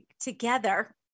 together